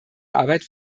arbeit